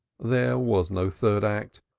there was no third act.